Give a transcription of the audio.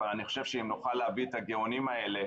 אבל אני חושב שאם נוכל להביא הגאונים האלה